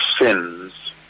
sins